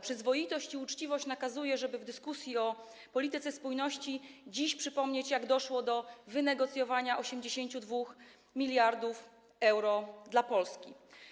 Przyzwoitość i uczciwość nakazuje, żeby w dyskusji o polityce spójności przypomnieć dziś, jak doszło do wynegocjowania 82 mld euro dla Polski.